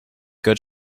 good